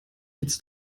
jetzt